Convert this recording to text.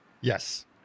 yes